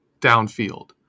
downfield